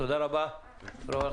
תודה רבה לכם.